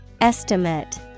estimate